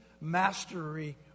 mastery